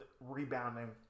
rebounding